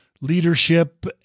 leadership